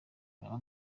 haba